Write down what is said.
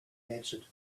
answered